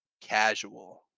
casual